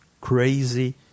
crazy